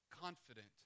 confident